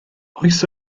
oes